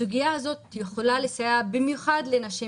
הסוגיה הזאת יכולה לסייע במיוחד לנשים